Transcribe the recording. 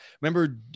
Remember